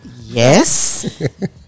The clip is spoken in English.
Yes